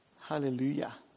Hallelujah